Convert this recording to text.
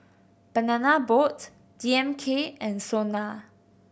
Banana Boat D M K and SONA